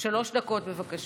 שלוש דקות, בבקשה.